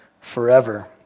forever